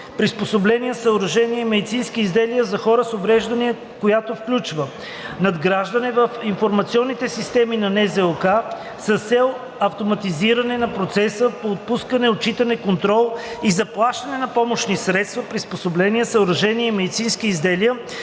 приспособления, съоръжения и медицински изделия за хора с увреждания, която включва: - надграждане в информационните системи на НЗОК с цел автоматизиране на процеса по отпускане, отчитане, контрол и заплащане на помощни средства, приспособления, съоръжения и медицински изделия,